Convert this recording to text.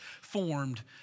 formed